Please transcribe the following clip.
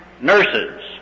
nurses